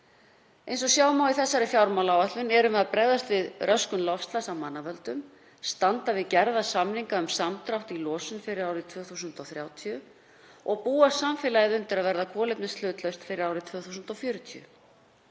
Eins og sjá má í fjármálaáætlun erum við að bregðast við röskun loftslags af mannavöldum og standa við gerða samninga um samdrátt í losun fyrir árið 2030 og búa samfélagið undir að verða kolefnishlutlaust fyrir árið 2040.